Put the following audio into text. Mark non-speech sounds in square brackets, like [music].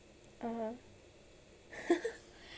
(uh huh) [laughs]